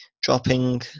dropping